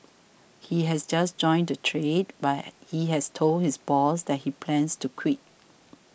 he has just joined the trade but he has told his boss that he plans to quit